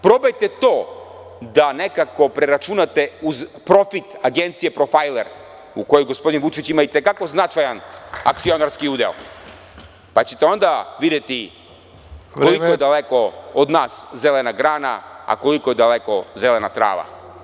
Probajte to da nekako preračunate uz profit Agencije „Profajler“ u kojoj gospodin Vučić ima i te kako značajan akcionarski udeo, pa ćete onda videti koliko je daleko od nas zelena grana a koliko je daleko zelena trava.